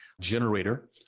Generator